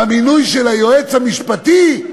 במינוי של היועץ המשפטי,